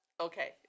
Okay